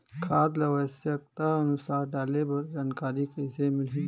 खाद ल आवश्यकता अनुसार डाले बर जानकारी कइसे मिलही?